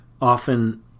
often